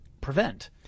prevent